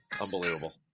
Unbelievable